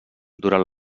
durant